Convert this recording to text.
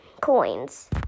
coins